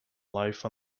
life